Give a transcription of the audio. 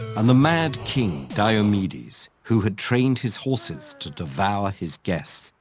and the mad king diomedes, who had trained his horses to devour his guests,